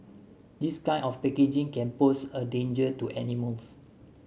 this kind of packaging can pose a danger to animals